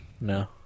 No